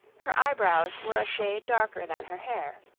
her eyebrows were a shade darker than her hair.